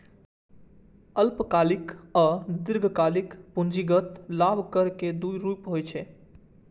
अल्पकालिक आ दीर्घकालिक पूंजीगत लाभ कर के दू रूप होइ छै